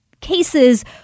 cases